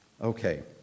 Okay